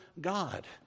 God